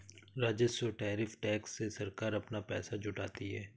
राजस्व tariff tax से सरकार अपना पैसा जुटाती है